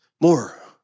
more